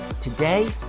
today